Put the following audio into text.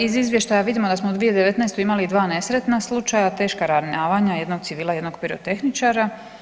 Iz izvještaja vidimo da smo u 2019. imali dva nesretna slučaja teškog ranjavanja jednog civilna, jednog pirotehničara.